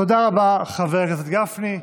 תודה רבה, חבר הכנסת גפני.